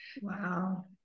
Wow